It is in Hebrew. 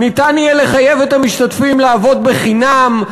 יהיה אפשר לחייב את המשתתפים לעבוד חינם,